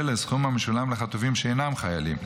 לסכום המשולם לחטופים שאינם חיילים,